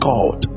God